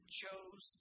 chose